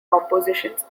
compositions